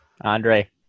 Andre